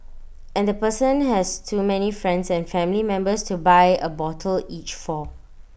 and the person has too many friends and family members to buy A bottle each for